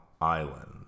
Island